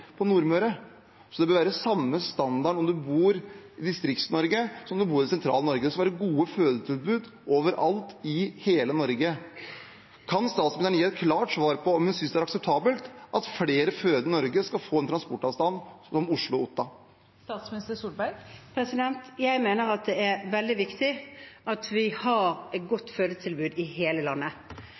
om man bor i det sentrale Norge. Det skal være gode fødetilbud overalt, i hele Norge. Kan statsministeren gi et klart svar på om hun synes det er akseptabelt at flere fødende i Norge skal få en transportavstand som Oslo–Otta? Jeg mener det er veldig viktig at vi har et godt fødetilbud i hele landet.